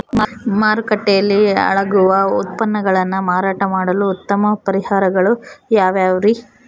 ಮಾರುಕಟ್ಟೆಯಲ್ಲಿ ಹಾಳಾಗುವ ಉತ್ಪನ್ನಗಳನ್ನ ಮಾರಾಟ ಮಾಡಲು ಉತ್ತಮ ಪರಿಹಾರಗಳು ಯಾವ್ಯಾವುರಿ?